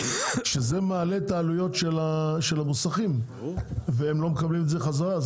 שזה מעלה את העלויות של המוסכים והם לא מקבלים את זה בחזרה,